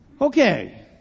Okay